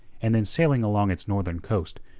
and then sailing along its northern coast,